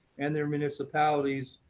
and their municipalities,